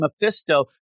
Mephisto